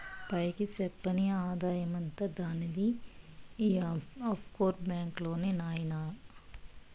పైకి చెప్పని ఆదాయమంతా దానిది ఈ ఆఫ్షోర్ బాంక్ లోనే నాయినా